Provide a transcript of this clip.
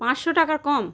পাঁচশো টাকার কম